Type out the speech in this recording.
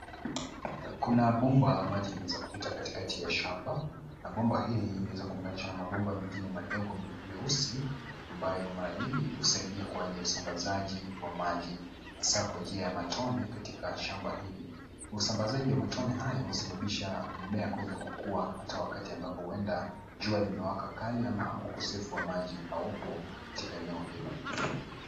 Kuna bomba la maji limeweza kupita katikati ya shamba na bomba hii imeweza kuunganishwa na mabomba mengine madogo meusi ambayo mara nyingi husaidia kwa ajili usambazaji wa maji hasa kwa njia ya matone katika shamba hili. Usambazaji wa matone hayo husababisha mimea kuweza kukua hata wakati huenda jua limewaka kali au ukosefu wa maji haupo katika eneo hilo.